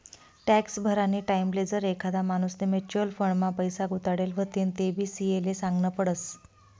tax भरानी टाईमले जर एखादा माणूसनी म्युच्युअल फंड मा पैसा गुताडेल व्हतीन तेबी सी.ए ले सागनं पडस